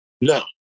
No